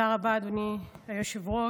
תודה רבה, אדוני היושב-ראש.